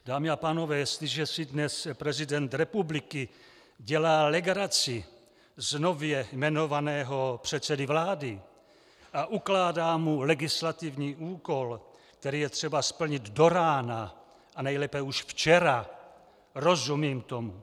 Dámy a pánové, jestliže si dnes prezident republiky dělá legraci z nově jmenovaného předsedy vlády a ukládá mu legislativní úkol, který je třeba splnit do rána a nejlépe už včera, rozumím tomu.